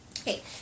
Okay